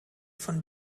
von